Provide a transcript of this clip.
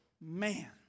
Man